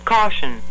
Caution